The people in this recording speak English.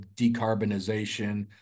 decarbonization